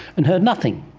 and heard nothing.